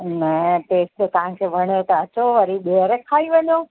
न टेस्ट तव्हांखे वणियो त अचो वरी ॿीहर खाई वञो